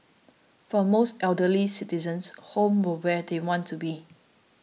for most elderly citizens home were where they want to be